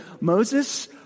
Moses